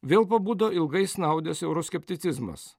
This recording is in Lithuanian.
vėl pabudo ilgai snaudęs euroskepticizmas